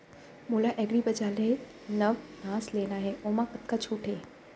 मोला एग्रीबजार ले नवनास लेना हे ओमा कतका छूट हे?